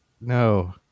No